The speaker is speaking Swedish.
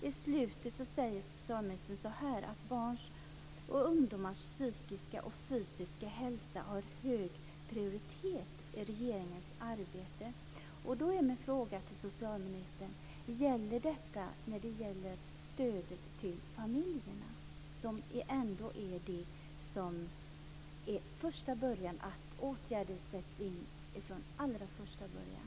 I slutet säger socialministern att barns och ungdomars psykiska och fysiska hälsa har hög prioritet i regeringens arbete. Då är min fråga till socialministern: Gäller detta även stödet till familjerna? Det är ju där det är viktigt att åtgärder sätts in från allra första början.